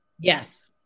Yes